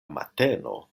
mateno